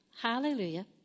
hallelujah